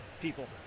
people